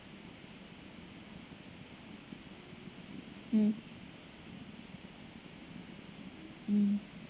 mm mm